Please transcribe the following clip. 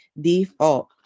default